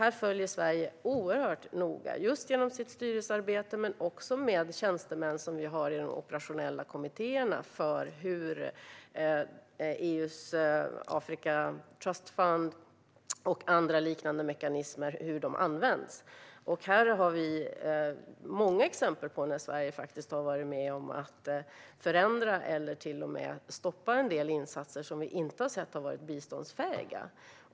Här följer Sverige oerhört noga, genom sitt styrelsearbete men också genom tjänstemän som vi har i de operationella kommittéerna, hur EU:s Trust Fund for Africa och andra liknande mekanismer används. Vi har många exempel på när Sverige har varit med om att förändra eller till och med stoppa en del insatser som vi inte har sett varit biståndsfähiga.